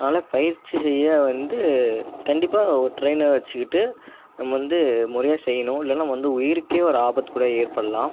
நல்லா பயிற்சி செய்ய வந்து கண்டிப்பாக ஒரு ட்ரைனர் வச்சிக்கிட்டு நம்ம வந்து முறையாக செய்யணும் இல்லைனா வந்து உயிருக்கே ஒரு ஆபத்து கூட ஏற்படலாம்